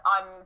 on